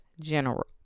general